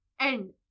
End